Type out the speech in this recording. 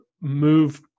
move